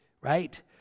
Right